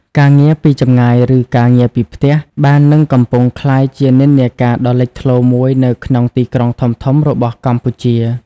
ការងារពីចម្ងាយឬការងារពីផ្ទះ បាននិងកំពុងក្លាយជានិន្នាការដ៏លេចធ្លោមួយនៅក្នុងទីក្រុងធំៗរបស់កម្ពុជា។